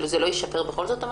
זה לא ישפר את המצב?